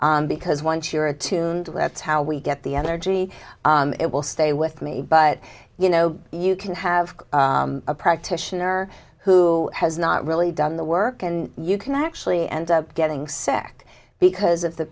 life because once you're tuned with that's how we get the energy it will stay with me but you know you can have a practitioner who has not really done the work and you can actually end up getting sacked because of the